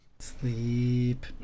Sleep